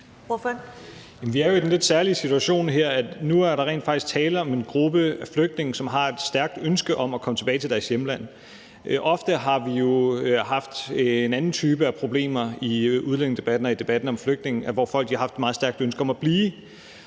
her i den lidt særlige situation, at der nu rent faktisk er tale om en gruppe af flygtninge, som har et stærkt ønske om at komme tilbage til deres hjemland. Ofte har vi jo haft en anden type af problemer i udlændingedebatten og i debatten om flygtninge, hvor folk har haft et meget stærkt ønske om at blive,